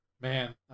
Man